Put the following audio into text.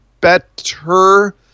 better